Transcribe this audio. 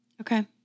Okay